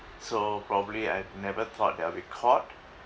so probably I've never thought that I'd be caught